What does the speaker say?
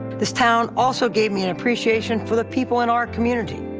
this town also gave me an appreciation for the people in our community.